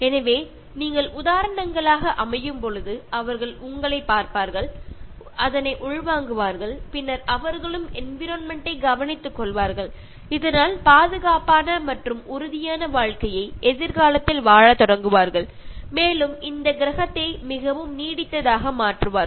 எனவே நீங்கள் உதாரணங்களாக அமையும் பொழுது அவர்கள் உங்களை பார்ப்பார்கள் அதனை உள்வாங்குவார்கள் பின்னர் அவர்களும் என்விரான்மென்ட் டைக் கவனித்துக் கொள்வார்கள் இதனால் பாதுகாப்பான மற்றும் உறுதியான வாழ்க்கையை எதிர்காலத்தில் வாழ தொடங்குவார்கள் மேலும் இந்த கிரகத்தை மிகவும் நீடித்ததாக மாற்றுவார்கள்